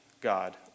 God